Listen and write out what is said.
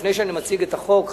לפני שאני מציג את החוק,